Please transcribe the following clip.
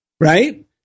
right